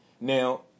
Now